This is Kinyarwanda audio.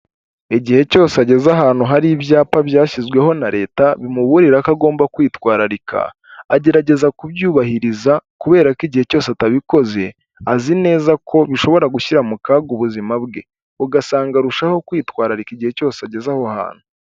Igihe cyose ageze ahantu hari ibyapa byashyizweho na leta bimuburira ko agomba kwitwararika, agerageza kubyubahiriza kubera ko igihe cyose atabikoze azi neza ko bishobora gushyira mu kaga ubuzima bwe, ugasanga arushaho kwitwararika igihe cyose ageze aho hantu.